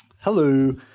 hello